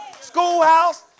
schoolhouse